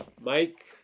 Mike